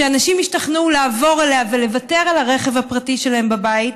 שאנשים ישתכנעו לעבור אליה ולוותר על הרכב הפרטי שלהם בבית,